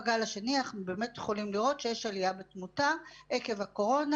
בגל השני אנחנו באמת יכולים לראות שיש עליה בתמותה עקב הקורונה.